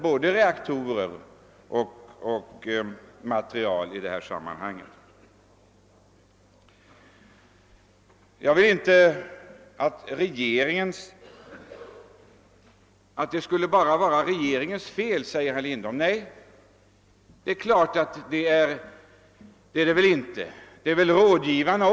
Herr Lindholm ansåg att vi inte bara får tala om att det hela är regeringens fel; det är givetvis också rådgivarnas.